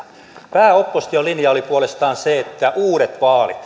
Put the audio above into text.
pääopposition linja oli puolestaan uudet vaalit